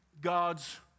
God's